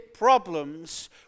problems